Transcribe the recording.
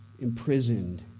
imprisoned